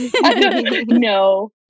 no